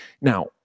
Now